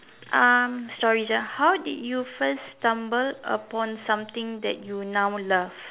um stories ah how did you first stumble upon something that you now love